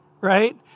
right